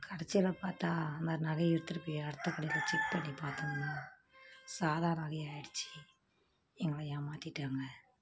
கடைசியில பார்த்தா மறுநாளே எடுத்துட்டு போய் அடுத்த கடையில் செக் பண்ணி பார்த்தோங்க சாதா நகையாயிடுச்சு எங்களை ஏமாற்றிட்டாங்க